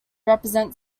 represent